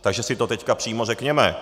Takže si to teď přímo řekněme.